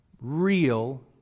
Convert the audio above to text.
real